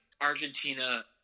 Argentina